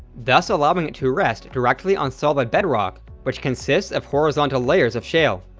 thus allowing it to rest directly on solid bedrock which consists of horizontal layers of shale.